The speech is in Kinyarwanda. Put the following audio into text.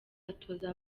atoza